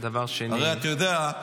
דבר שני --- הרי אתה יודע,